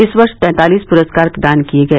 इस वर्ष तैंतालिस पुरस्कार प्रदान किए गए